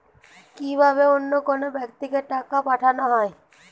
কি ভাবে অন্য কোনো ব্যাক্তিকে টাকা পাঠানো হয়?